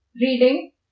reading